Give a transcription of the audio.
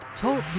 Talk